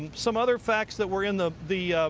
um some other facts that were in the the.